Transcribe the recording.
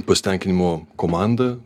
pasitenkinimo komanda